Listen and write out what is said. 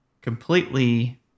completely